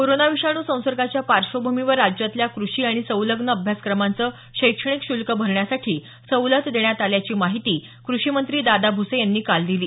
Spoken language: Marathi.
कोरोना विषाणू संसर्गाच्या पार्श्वभूमीवर राज्यातल्या क्रषी आणि संलग्न अभ्यासक्रमांचं शैक्षणिक शुल्क भरण्यासाठी सवलत देण्यात आल्याची माहिती कृषीमंत्री दादा भुसे यांनी काल दिली